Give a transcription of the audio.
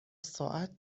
ساعت